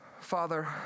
Father